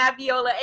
Aviola